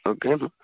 okay